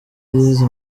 yize